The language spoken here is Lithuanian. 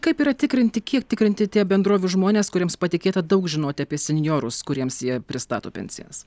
kaip yra tikrinti kiek tikrinti tie bendrovių žmonės kuriems patikėta daug žinoti apie senjorus kuriems jie pristato pensijas